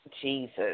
Jesus